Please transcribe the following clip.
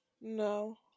No